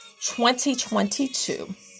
2022